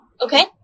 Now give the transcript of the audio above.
Okay